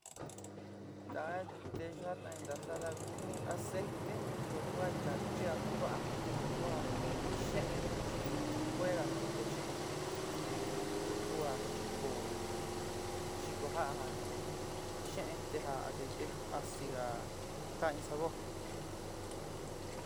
Taá nteyú jatainta saada ku jin aceite chi ko kua yachia kuva'a te a ku jin xeén chi kuega ntute xeén te tu koa xiko xiko ja'á ja jin xeén ta ja aceite chi ásiga jaá in sabor.